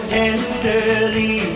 tenderly